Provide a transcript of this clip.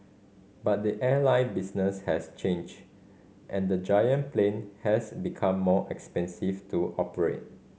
but the airline business has changed and the giant plane has become more expensive to operate